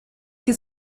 que